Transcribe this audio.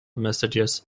messages